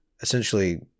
essentially